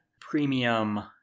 premium